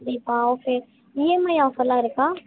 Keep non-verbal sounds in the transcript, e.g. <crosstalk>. <unintelligible> okay EMI ஆஃபர்லாம் இருக்கா